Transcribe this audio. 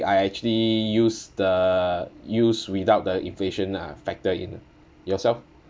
I actually use the use without the inflation uh factor in ah yourself